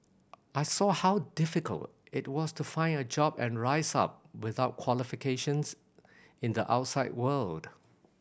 I saw how difficult it was to find a job and rise up without qualifications in the outside world